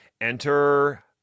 enter